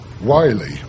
Wiley